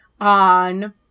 on